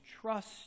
trust